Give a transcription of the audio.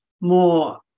more